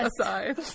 aside